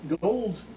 Gold